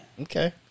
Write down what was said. Okay